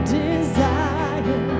desire